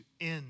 end